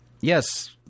Yes